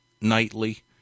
nightly